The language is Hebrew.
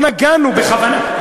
לא נגענו בכוונה,